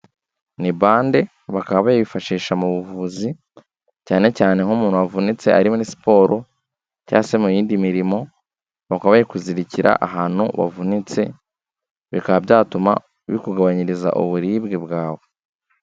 Ni bande bakaba bayifashisha mu buvuzi cyane cyane nk'umuntu wavunitse ari muri siporo cyangwa se mu yindi mirimo, bakaba bayikuzirikira ahantu wavunitse, bikaba byatuma bikugabanyiriza uburibwe bwawe.